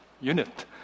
unit